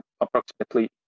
approximately